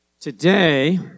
today